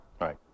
Right